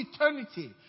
eternity